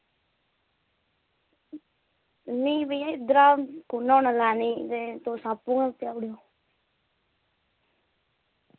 नेईं भैया इद्धरा कु'न औना लैने ते तुस आप्पू गै पजाऊड़ेओ